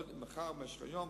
או מחר במשך היום,